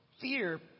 fear